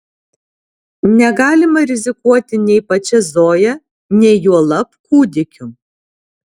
negalima rizikuoti nei pačia zoja nei juolab kūdikiu